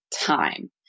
time